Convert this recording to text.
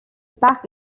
back